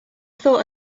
thought